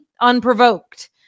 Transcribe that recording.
unprovoked